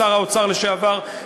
שר האוצר לשעבר,